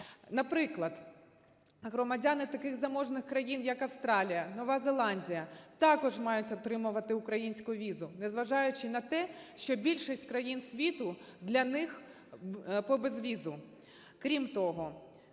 Наприклад, громадяни таких заможних країн, як Австралія, Нова Зеландія, також мають отримувати українську візу, незважаючи на те, що більшість країн світу для них - по безвізу.